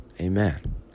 Amen